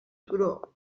turó